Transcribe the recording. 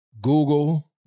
Google